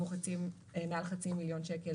אם הוא מעל חצי מיליון שקל,